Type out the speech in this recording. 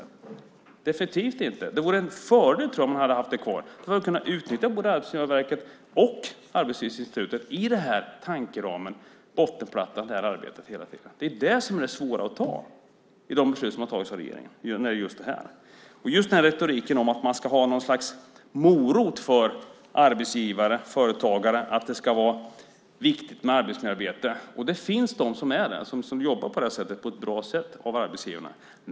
Det finns det definitivt inte. Jag tror att det hade varit en fördel att ha det kvar. Då hade vi kunnat utnyttja både Arbetsmiljöverket och Arbetslivsinstitutet i arbetet med tankeramen och bottenplattan. Det är det svåra att ta i de beslut som har fattats av regeringen om just detta. Det handlar om retoriken att man ska ha något slags morot för arbetsgivare och företagare för att det är viktigt med arbetsmiljöarbete. Det finns de arbetsgivare som jobbar på det sättet på ett bra sätt.